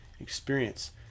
experience